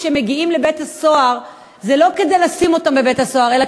כשהם מגיעים לבית-הסוהר זה לא כדי לשים אותם בבית-הסוהר אלא